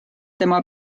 tema